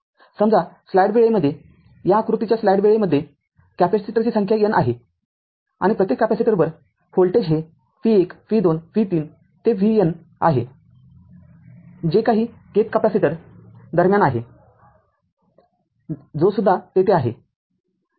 समजा स्लाइड वेळेमध्ये या आकृतीच्या स्लाइड वेळेमध्ये कॅपेसिटरची संख्या n आहे आणि प्रत्येक कॅपेसिटरवर व्होल्टेज हे v १ v २ v ३ ते vn आहे जे काही kth कॅपेसिटर दरम्यान आहे जो सुद्धा तेथे आहे